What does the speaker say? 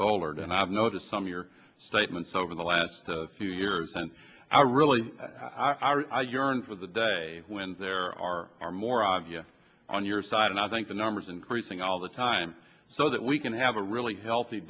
lert and i've noticed some your statements over the last few years and i really i yearn for the day when there are far more of you on your side and i think the numbers increasing all the time so that we can have a really healthy